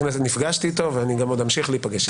נפגשתי איתו ואני גם אמשיך להיפגש איתו.